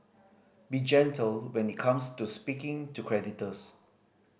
be gentle when it comes to speaking to creditors